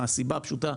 מהסיבה הפשוטה,